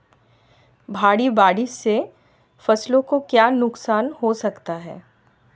भारी बारिश से फसलों को क्या नुकसान हो सकता है?